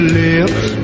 lips